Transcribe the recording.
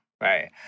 right